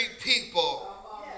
people